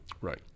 Right